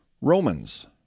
Romans